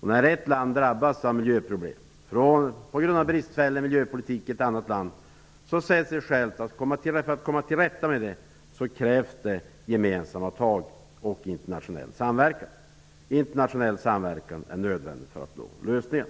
När ett land drabbas av miljöproblem på grund av bristfällig miljöpolitik i ett annat land krävs det gemensamma tag och internationell samverkan för att komma till rätta med det -- det säger sig självt. Internationell samverkan är nödvändig för att nå lösningar.